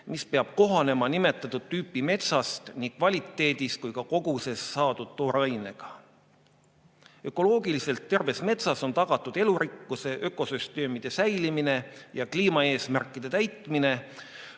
mis peab kohanema nimetatud tüüpi metsast nii kvaliteedis kui ka koguses saadud toorainega. Ökoloogiliselt terves metsas on tagatud elurikkuse ökosüsteemide säilimine ja kliimaeesmärkide täitmine.